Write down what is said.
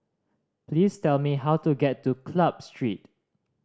please tell me how to get to Club Street